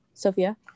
Sophia